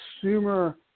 consumer